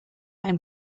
ein